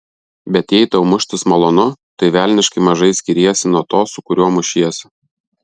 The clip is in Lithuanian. bet jei tau muštis malonu tai velniškai mažai skiriesi nuo to su kuriuo mušiesi